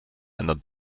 einer